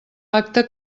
acte